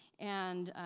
and